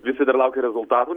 visi dar laukia rezultatų